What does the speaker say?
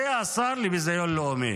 זה השר לביזיון לאומי.